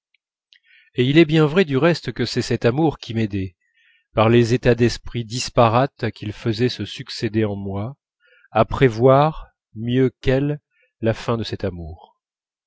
et il est bien vrai du reste que c'est cet amour qui m'aidait par les états d'esprit disparates qu'il faisait se succéder en moi à prévoir mieux qu'elle la fin de cet amour